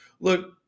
Look